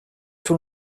tout